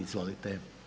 Izvolite.